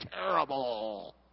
terrible